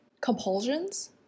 compulsions